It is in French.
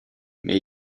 mais